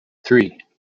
three